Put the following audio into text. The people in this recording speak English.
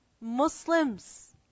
Muslims